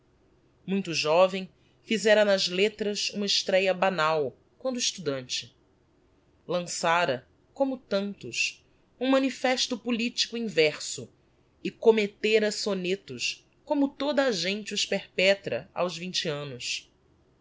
muito joven fizera nas lettras uma estréa banal quando estudante lançara como tantos um manifesto politico em verso e commettera sonetos como toda a gente os perpetra aos annos